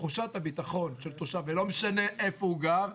תחושת הביטחון של התושב ולא משנה איפה הוא גר,